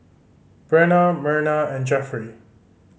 Brenna Merna and Jeffery